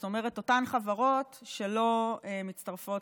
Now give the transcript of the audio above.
זאת אומרת אותן חברות שלא מצטרפות